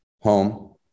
home